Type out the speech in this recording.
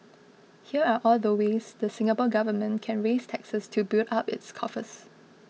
here are all the ways the Singapore Government can raise taxes to build up its coffers